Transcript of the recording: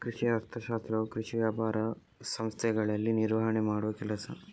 ಕೃಷಿ ಅರ್ಥಶಾಸ್ತ್ರವು ಕೃಷಿ ವ್ಯಾಪಾರ ಸಂಸ್ಥೆಗಳಲ್ಲಿ ನಿರ್ವಹಣೆ ಮಾಡುವ ಕೆಲಸ